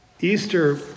Easter